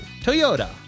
Toyota